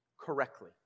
correctly